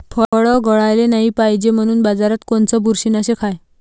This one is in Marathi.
फळं गळाले नाही पायजे म्हनून बाजारात कोनचं बुरशीनाशक हाय?